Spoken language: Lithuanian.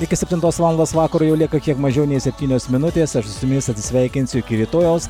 iki septintos valandos vakaro jau lieka kiek mažiau nei septynios minutės aš jau su jumis atsisveikinsiu iki rytojaus